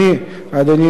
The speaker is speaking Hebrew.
אדוני היושב-ראש,